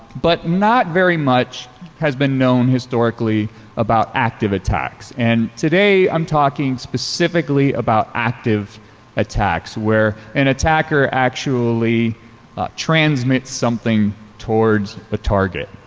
but not very much has been known historically about active attacks. and today i'm talking specifically about active attacks, where an attacker actually transmits something towards the target.